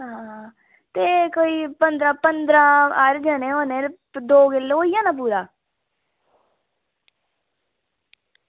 हां ते कोई पंदरां पंदरां हारे जने होने ते दो किलो होई जाना पूरा